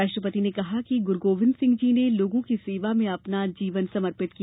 राष्ट्रपति ने कहा कि गुरु गोविन्द सिंह जी ने लोगों की सेवा में अपना जीवन समर्पित किया